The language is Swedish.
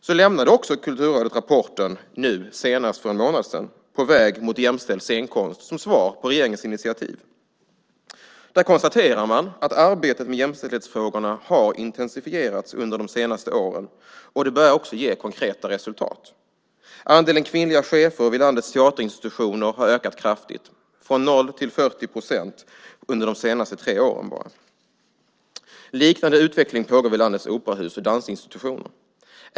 Så sent som för en månad sedan lämnade också Kulturrådet rapporten På väg mot jämställd scenkonst som svar på regeringens initiativ. Där konstaterar man att arbetet med jämställdhetsfrågorna har intensifierats under de senaste åren, och det börjar också ge konkreta resultat. Andelen kvinnliga chefer vid landets teaterinstitutioner har ökat kraftigt, från 0 till 40 procent enbart under de senaste tre åren. Liknande utveckling pågår vid landets operahus och dansinstitutioner.